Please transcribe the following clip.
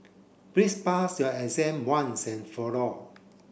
please pass your exam once and for all